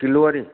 kilo हारी